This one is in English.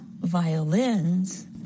violins